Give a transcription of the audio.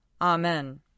Amen